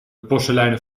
porseleinen